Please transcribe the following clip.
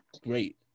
great